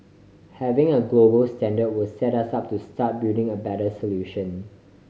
having a global standard will set us up to start building a better solution